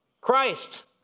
Christ